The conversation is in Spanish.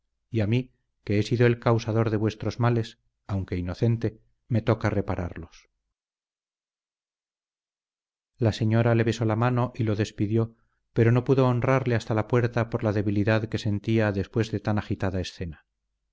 y a mí que he sido el causador de vuestros males aunque inocente me toca repararlos la señora le besó la mano y la despidió pero no pudo honrarle hasta la puerta por la debilidad que sentía después de tan agitada escena